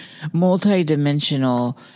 multidimensional